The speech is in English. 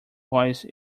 voice